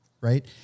right